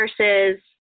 versus